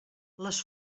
les